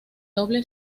doble